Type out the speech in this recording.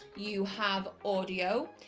you have audio,